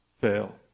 fail